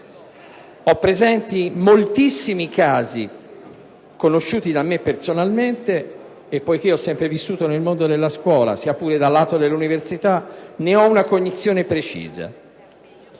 Ho presenti moltissimi casi, conosciuti da me personalmente, e, poiché ho sempre vissuto nel mondo della scuola, sia pure dal lato dell'università, ne ho una cognizione precisa.